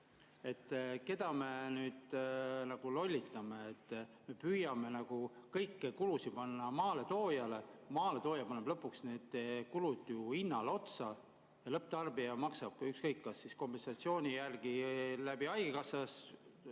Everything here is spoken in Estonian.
Keda me nüüd lollitame? Me püüame nagu kõiki kulusid panna maaletoojale, maaletooja paneb lõpuks need kulud ju hinnale otsa ja lõpptarbija maksab, ükskõik kas kompensatsiooni järgi läbi haigekassa